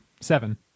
Seven